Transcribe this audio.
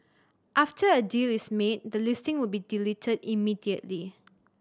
after a deal is made the listing would be deleted immediately